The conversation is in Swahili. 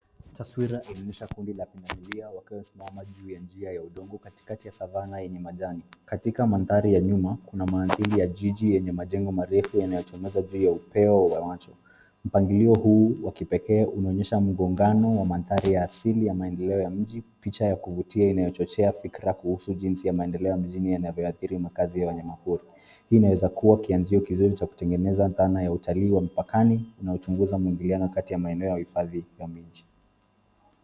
Taswira inaonyesha kundi la pundamilia wakiwa wamesimama juu ya njia ya udongo katikati ya savanna yenye majani. Katika mandhari ya nyuma kuna mandhari ya jiji yenye majengo marefu yanayochomoza juu ya upeo wa macho. Mpangilio huu wa kipekee unaonyesha mugongano wa mandhari ya asili ya maendeleo ya mji, picha ya kuvutia inayochochea fikra kuhusu jinsi ya maendeleo ya mjini yanavyo athiri makazi ya wanyamapori. Hii inaezakua kianzio kizuri cha kutengeneza dhana ya utalii wa mpakani unaochunguza muingiliano kati ya maeneo ya uhifadhi na miji.